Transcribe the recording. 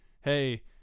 hey